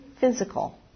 physical